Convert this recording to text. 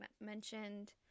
mentioned